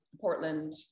Portland